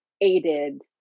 aided